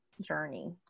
journey